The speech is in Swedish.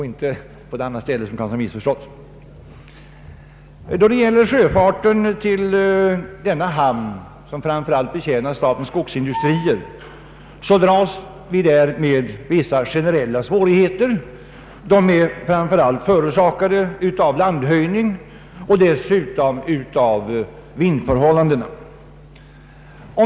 I fråga om sjöfarten till denna hamn, som framför allt betjänar Statens skogsindustrier, dras vi där med vissa generella svårigheter. De är framför allt förorsakade av landhöjningen men också av vindförhållandena.